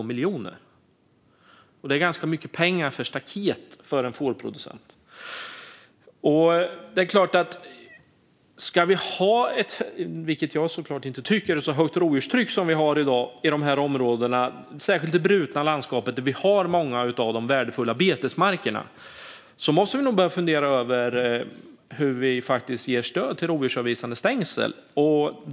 Det är ganska mycket pengar för staket för en fårproducent. Om vi ska ha ett så högt rovdjurstryck som vi har i dag, vilket jag såklart inte tycker, i de här områdena - särskilt det brutna landskapet, där vi har många av de värdefulla betesmarkerna - måste vi nog börja fundera över hur vi ger stöd till rovdjursavvisande stängsel.